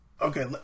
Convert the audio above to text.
Okay